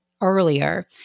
Earlier